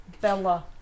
bella